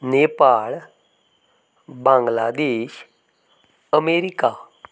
Nepal Bangladesh America